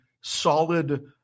solid